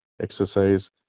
exercise